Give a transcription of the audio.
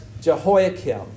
Jehoiakim